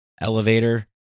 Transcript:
elevator